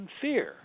fear